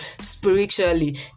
spiritually